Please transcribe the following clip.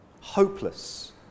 Hopeless